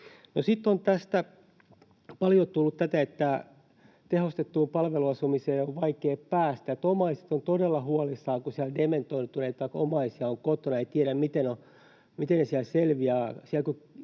paljon tullut tätä, että tehostettuun palveluasumiseen on vaikea päästä. Omaiset ovat todella huolissaan, kun dementoituneita omaisia on siellä kotona,